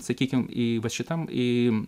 sakykime į va šitam į